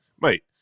mate